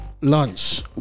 lunch